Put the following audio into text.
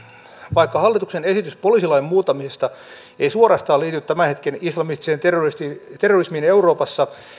vaikka hallituksen esitys poliisilain muuttamisesta ei suorastaan liity tämän hetken islamistiseen terrorismiin terrorismiin euroopassa